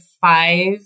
five